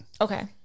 okay